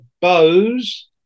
Bose